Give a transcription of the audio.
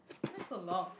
miss a long